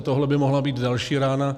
Tohle by mohla být další rána.